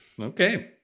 Okay